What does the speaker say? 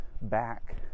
back